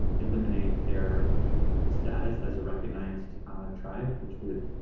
eliminate their status as a recognized tribe, which would